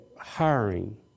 hiring